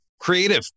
creative